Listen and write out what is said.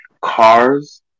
cars